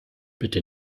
bitte